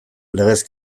legez